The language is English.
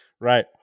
right